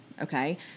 Okay